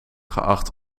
geacht